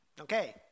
Okay